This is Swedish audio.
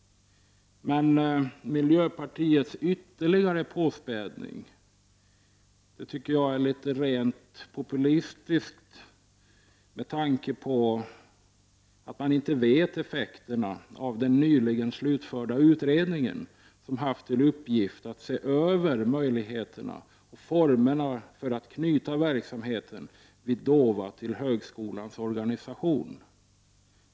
Miljöpartiets ytterligare påspädning är rent populistisk med tanke på att man ännu inte vet effekten av den nyligen slutförda utredningen som haft till uppgift att se över möjligheterna och formerna för att knyta verksamheten vid DOVA till högskolans organisation.